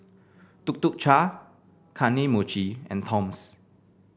Tuk Tuk Cha Kane Mochi and Toms